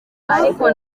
ariko